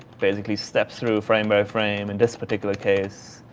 basically step through frame by frame in this particular case.